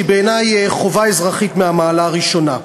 שהיא בעיני חובה אזרחית מהמעלה הראשונה.